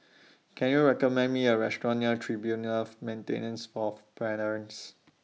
Can YOU recommend Me A Restaurant near Tribunal For Maintenance Fourth Parents